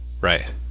right